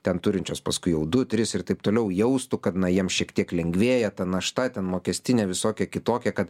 ten turinčios paskui jau du tris ir taip toliau jaustų kad jiems šiek tiek lengvėja ta našta ten mokestinė visokia kitokia kad